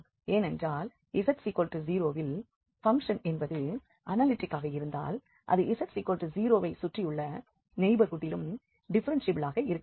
ஏனென்றால் z0 வில் function என்பது அனாலிட்டிக் ஆக இருந்தால் அது z0 வை சுற்றியுள்ள நெய்பர்ஹூட்டிலும் டிஃப்ஃபெரென்ஷியபிளாக இருக்க வேண்டும்